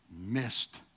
missed